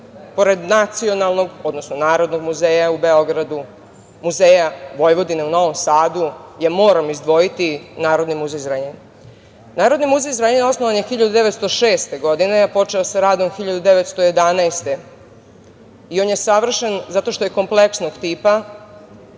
pored Nacionalnog, odnosno Narodnog muzeja u Beogradu, Muzeja Vojvodine u Novom Sadu, ja moram izdvojiti Narodni muzej Zrenjanin. Narodni muzej Zrenjanin osnovan je 1906. godine, a počeo je sa radom 1911. godine i on je savršen zato što je kompleksnog tipa,